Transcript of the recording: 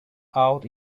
out